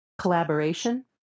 collaboration